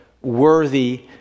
worthy